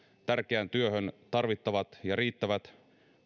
tärkeään työhön tarvittavat ja riittävät